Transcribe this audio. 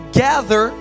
gather